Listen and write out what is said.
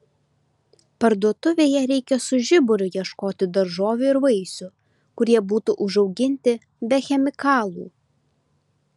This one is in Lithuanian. parduotuvėje reikia su žiburiu ieškoti daržovių ir vaisių kurie būtų užauginti be chemikalų